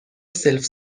سلف